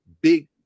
big